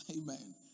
Amen